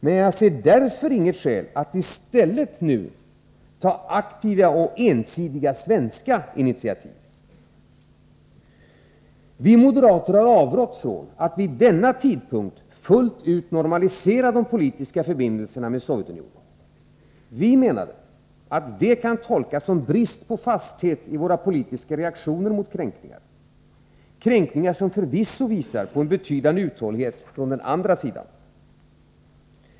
Men jag ser därför inget skäl för att i stället nu ta aktiva och ensidiga svenska initiativ. Vi moderater har avrått från att vid denna tidpunkt fullt ut normalisera de politiska förbindelserna med Sovjetunionen. Vi menade att detta kan tolkas som brist på fasthet i våra politiska reaktioner mot kränkningar, kränkningar som förvisso visar på en betydande uthållighet från den andra sidan.